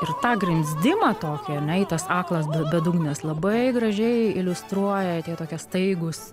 ir tą grimzdimą tokį ane į tas aklas bedugnes labai gražiai iliustruoja tokie staigūs